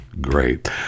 great